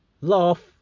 laugh